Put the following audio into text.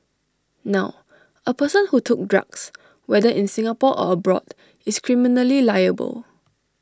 now A person who took drugs whether in Singapore or abroad is criminally liable